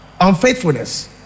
unfaithfulness